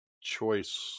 choice